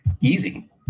easy